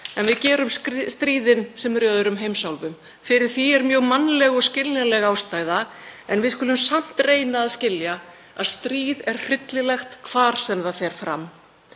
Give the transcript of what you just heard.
en við gerum með stríðin sem eru í öðrum heimsálfum. Fyrir því er mjög mannleg og skiljanleg ástæða en við skulum samt reyna að skilja að stríð er hryllilegt hvar sem það fer fram.